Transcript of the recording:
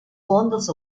fondos